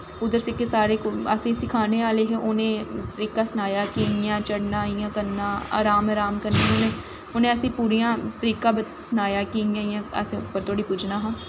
उद्धर जेह्के सारे सखाने आह्ले हे उ'नें तरीका सखाया कि इ'यां इ'यां क'रना इ'यां करना र्हाम र्हाम कन्नै उनैं असें गी पूरा तरीका सनाया कि इ'यां इ'यां असें उप्पर धोड़ी पुज्जना हा